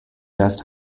guest